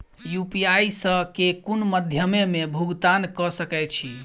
UPI सऽ केँ कुन मध्यमे मे भुगतान कऽ सकय छी?